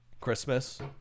Christmas